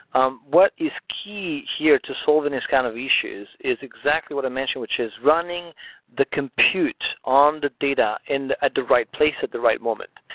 um what is key here to solving these kind of issues is exactly what i mentioned which is running the compute on the data and at the right place at the right moment.